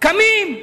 קמים.